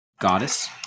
goddess